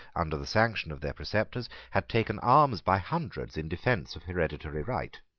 under the sanction of their preceptors, had taken arms by hundreds in defence of hereditary right.